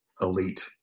elite